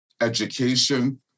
education